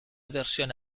versione